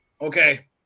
okay